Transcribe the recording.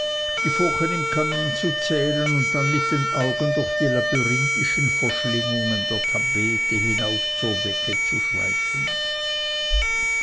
die furchen im kamin zu zählen und dann mit den augen durch die labyrinthischen verschlingungen der tapete hinauf zur decke zu schweifen